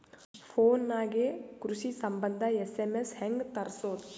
Phone ನಾಗೆ ಕೃಷಿ ಸಂಬಂಧ ಎಸ್.ಎಮ್.ಎಸ್ ಹೆಂಗ ತರಸೊದ?